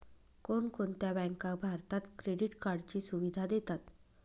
कोणकोणत्या बँका भारतात क्रेडिट कार्डची सुविधा देतात?